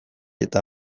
eta